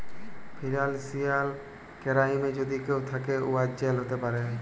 financial কেরাইমে যদি কেউ থ্যাকে, উয়ার জেল হ্যতে পারে